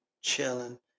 chilling